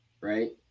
right